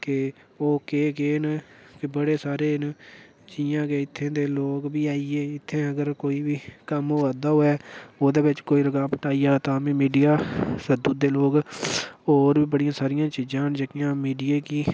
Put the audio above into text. के ओह् केह् केह् न के बड़े सारे न जि'यां कि इत्थै दे लोग बी आई गे इत्थें अगर कोई बी कम्म होआ दा होवै ओह्दे बिच्च कोई रुकावट आई जा तां बी मीडिया सद्दी ओड़दे लोग होर बी बड़ियां सारियां चीज़ां न जेह्कियां मीडिया गी